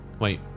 Wait